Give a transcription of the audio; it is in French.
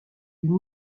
une